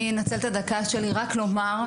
אני אנצל את הדקה שלי רק לומר,